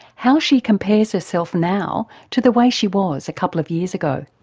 how she compares herself now to the way she was a couple of years ago.